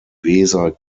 weser